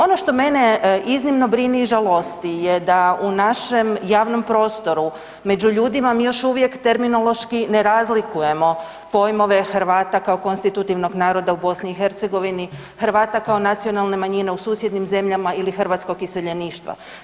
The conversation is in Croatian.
Ono što mene iznimno brine i žalosti je da u našem javnom prostoru, među ljudima mi još uvijek terminološki ne razlikujemo pojmove Hrvata kao konstitutivnog naroda u BiH-u, Hrvata kao nacionalne manjine u susjednim zemljama ili hrvatskog iseljeništva.